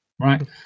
Right